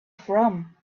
from